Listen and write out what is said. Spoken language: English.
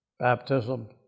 baptism